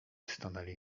stanęli